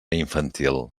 infantil